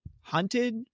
hunted